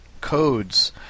codes